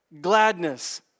gladness